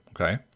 okay